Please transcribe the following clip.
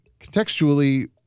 contextually